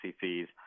fees